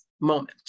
moment